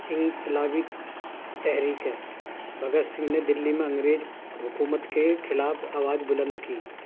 انقلابی تحریکیں بھگت سنگھ نے دلی میں انگریز حکومت کے خلاف آواز بلند کی